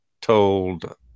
told